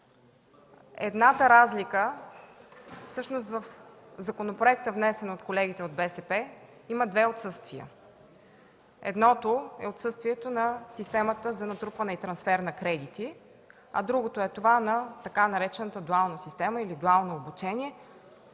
за България. В законопроекта, внесен от колегите от БСП, има две отсъствия. Едното е отсъствието на системата за натрупване и трансфер на кредити, а другото е това на така наречената дуална система или дуално обучение,